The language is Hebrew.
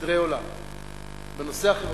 סדרי עולם בנושא החברתי-כלכלי,